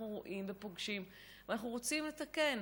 רואים ופוגשים ואנחנו רוצים לתקן,